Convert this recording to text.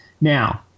Now